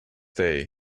day